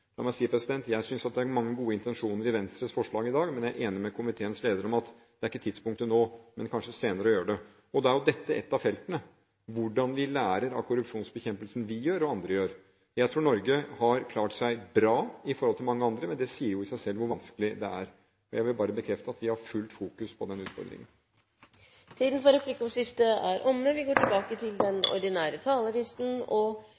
Jeg synes det er mange gode intensjoner i Venstres forslag i dag, men jeg er enig med komiteens leder i at det er ikke tidspunktet nå – kanskje senere – å gjøre det på. Da er dette et av feltene, hvordan vi lærer av korrupsjonsbekjempelsen vi gjør, og andre gjør. Jeg tror Norge har klart seg bra i forhold til mange andre, men det i seg selv sier jo hvor vanskelig det er. Jeg vil bare bekrefte at vi har fullt fokus på den utfordringen. Replikkordskiftet er omme. Jeg har hatt gleden av å lese utenriksministerens redegjørelse og synes det er mange viktige og